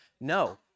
No